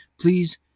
Please